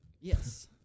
Yes